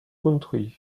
country